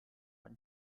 and